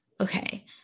okay